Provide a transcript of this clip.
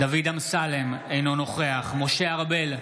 דוד אמסלם, אינו נוכח משה ארבל,